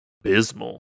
abysmal